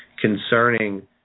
concerning